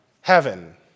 heaven